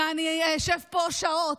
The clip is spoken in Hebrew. ואני אשב פה שעות,